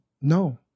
no